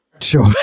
Sure